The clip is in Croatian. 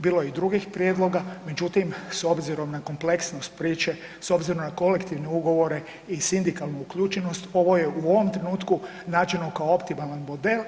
Bilo je i drugih prijedloga, međutim s obzirom na kompleksnost priče, s obzirom na kolektivne ugovore i sindikalnu uključenost ovo je u ovom trenutku nađeno kao optimalan model.